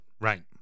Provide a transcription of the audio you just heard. Right